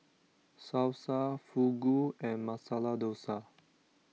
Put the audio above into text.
Salsa Fugu and Masala Dosa